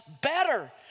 better